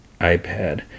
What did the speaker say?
iPad